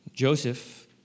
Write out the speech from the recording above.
Joseph